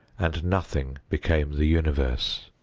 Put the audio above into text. and nothing became the universe.